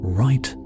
right